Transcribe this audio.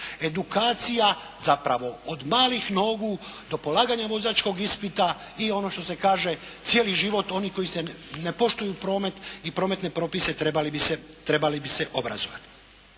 Edukacija zapravo od malih nogu do polaganja vozačkog ispita i ono što se kaže cijeli život oni koji ne poštuju promet i prometne propise trebali bi se obrazovati.